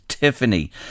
Tiffany